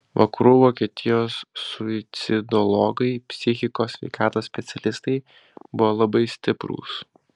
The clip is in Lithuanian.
vakarų vokietijos suicidologai psichikos sveikatos specialistai buvo labai stiprūs